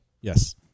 Yes